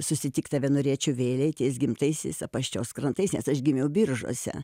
susitikt tave norėčiau vėlei ties gimtaisiais apaščios krantais nes aš gimiau biržuose